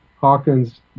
Hawkins